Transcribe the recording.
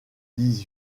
dix